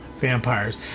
vampires